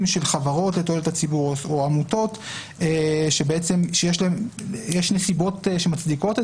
של חברות לתועלת הציבור או עמותות שיש נסיבות שמצדיקות את